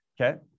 Okay